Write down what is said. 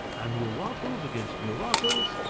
and mulattoes against mulattoes.